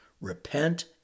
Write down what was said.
Repent